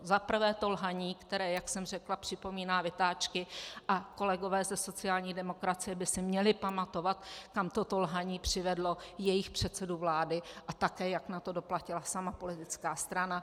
Zaprvé to lhaní, které, jak jsem řekla, připomíná vytáčky, a kolegové ze sociální demokracie by si měli pamatovat, kam toto lhaní přivedlo jejich předsedu vlády a také jak na to doplatila sama politická strana.